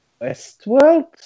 Westworld